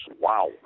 Wow